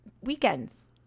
weekends